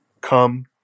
come